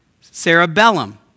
cerebellum